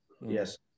Yes